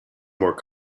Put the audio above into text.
more